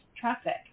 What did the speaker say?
traffic